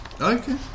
Okay